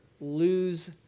lose